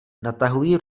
natahují